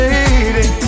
Lady